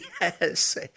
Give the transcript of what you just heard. Yes